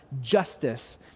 Justice